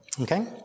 Okay